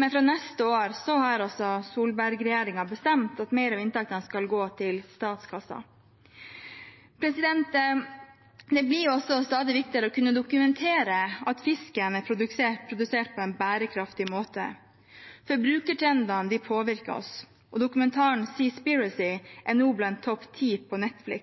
men fra neste år har altså Solberg-regjeringen bestemt at mer av inntektene skal gå til statskassa. Det blir også stadig viktigere å kunne dokumentere at fisken er produsert på en bærekraftig måte. Forbrukertrendene påvirker oss. Dokumentaren Seaspiracy er